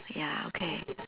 ya okay